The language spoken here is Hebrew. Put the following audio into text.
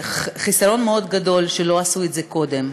חיסרון מאוד גדול שלא עשו את זה קודם,